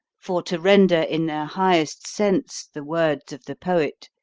for, to render in their highest sense the words of the poet